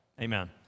Amen